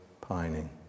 pining